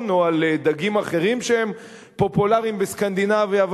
או דגים אחרים שפופולריים בסקנדינביה.